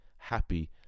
happy